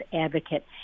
advocate